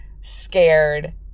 scared